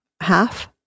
half